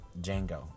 django